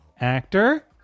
Actor